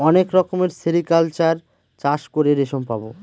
অনেক রকমের সেরিকালচার চাষ করে রেশম পাবো